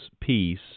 peace